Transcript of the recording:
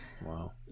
Wow